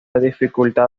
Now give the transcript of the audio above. dificultad